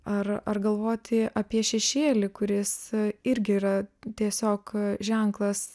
ar ar galvoti apie šešėlį kuris irgi yra tiesiog ženklas